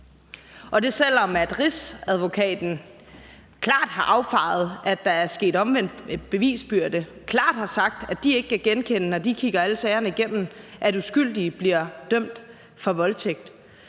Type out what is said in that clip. og det, selv om Rigsadvokaten klart har affejet, at der er sket omvendt bevisbyrde, og klart har sagt, at de ikke kan genkende, når de kigger alle sagerne igennem, at uskyldige bliver dømt for voldtægt.